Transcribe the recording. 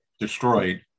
destroyed